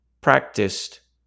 practiced